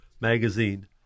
magazine